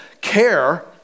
care